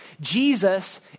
Jesus